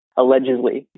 allegedly